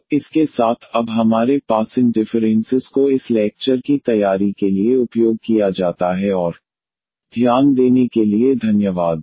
तो इस के साथ अब हमारे पास इन डिफरेनसिस को इस लेक्चर की तैयारी के लिए उपयोग किया जाता है और ध्यान देने के लिए धन्यवाद